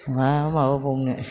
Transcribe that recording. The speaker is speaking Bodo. मा माबा बावनो